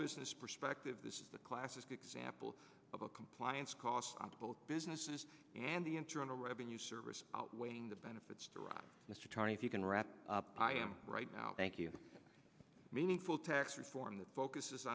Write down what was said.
business perspective this is the classic example of a compliance costs on both businesses and the internal revenue service outweighing the benefits derived you can wrap up right now thank you meaningful tax reform that focuses